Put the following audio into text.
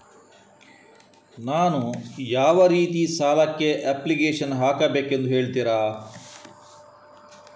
ನಾನು ಯಾವ ರೀತಿ ಸಾಲಕ್ಕೆ ಅಪ್ಲಿಕೇಶನ್ ಹಾಕಬೇಕೆಂದು ಹೇಳ್ತಿರಾ?